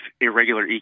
irregular